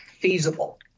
feasible